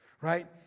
right